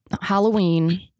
Halloween